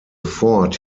ford